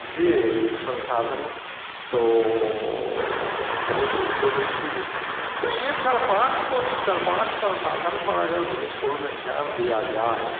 ये संसाधन तो बहुत उपयोगी चीज़ हैं तो ये चार पाँच गो चार पाँच संसाधन पर अगर इस्कूल में ध्यान दिया जाए